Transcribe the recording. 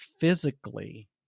physically